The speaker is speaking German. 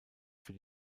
für